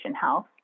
health